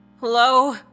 hello